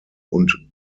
und